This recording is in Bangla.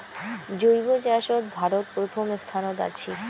জৈব চাষত ভারত প্রথম স্থানত আছি